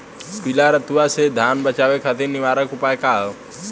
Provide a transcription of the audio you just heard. पीला रतुआ से धान बचावे खातिर निवारक उपाय का ह?